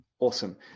Awesome